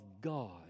God